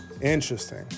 Interesting